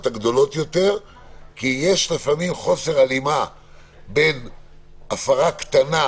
הגדולות יותר כי יש לפעמים חוסר הלימה בין הפרה קטנה